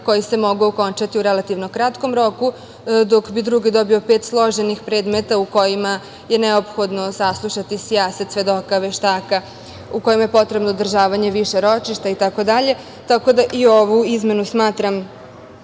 koji se mogu okončati u relativno kratkom roku, dok bi drugi dobio pet složenih predmeta u kojima je neophodno saslušati sijaset svedoka, veštaka, kojima je potrebno održavanje više ročišta, itd, tako da i ovu izmenu smatram